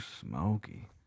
smoky